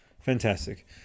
Fantastic